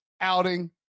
outing